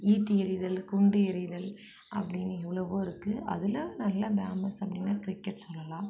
ஈட்டி எறிதல் குண்டு எறிதல் அப்படின்னு எவ்வளவோ இருக்கு அதில் நல்ல பேமஸ் அப்படின்னா கிரிக்கெட் சொல்லலாம்